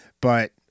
but-